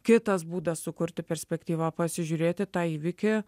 kitas būdas sukurti perspektyvą pasižiūrėt į tą įvykį